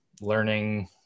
learning